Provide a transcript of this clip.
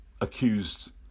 accused